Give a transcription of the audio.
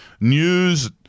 news